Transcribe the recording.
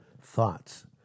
thoughts